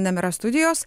nemira studijos